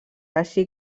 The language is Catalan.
així